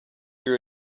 your